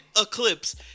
Eclipse